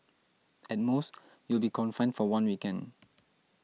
at most you'll be confined for one weekend